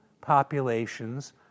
populations